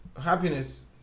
happiness